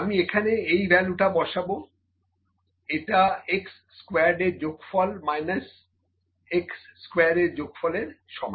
আমি এখানে এই ভ্যালুটা বসাবো এটা x স্কোয়ার্ড এর যোগফল মাইনাস x স্কোয়ার এর যোগফল এর সমান